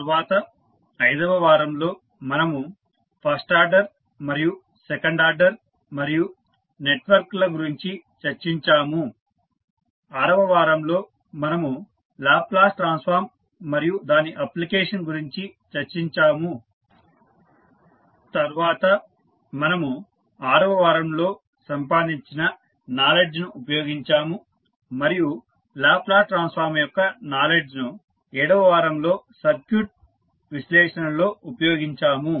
తర్వాత 5 వ వారంలో మనము ఫస్ట్ ఆర్డర్ మరియు సెకండ్ ఆర్డర్ మరియు నెట్వర్క్ల గురించి చర్చించాము ఆరవ వారంలో మనము లాప్లేస్ ట్రాన్స్ఫార్మ్ మరియు దాని అప్లికేషన్ గురించి చర్చించాము తర్వాత మనము ఆరవ వారంలో సంపాదించిన నాలెడ్జ్ ను ఉపయోగించాము మరియు లాప్లేస్ ట్రాన్స్ఫార్మ్ యొక్క నాలెడ్జ్ ను 7 వ వారంలో సర్క్యూట్ విశ్లేషణలో ఉపయోగించాము